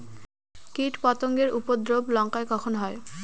কীটপতেঙ্গর উপদ্রব লঙ্কায় কখন হয়?